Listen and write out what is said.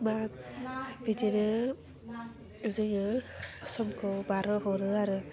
मा बिदिनो जोङो समखौ बारहो हरो आरो